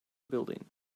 building